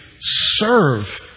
serve